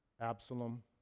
Absalom